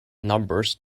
numbers